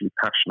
passionate